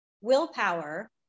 willpower